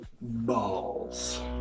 balls